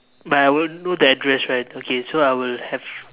but I will know the address right okay so I will have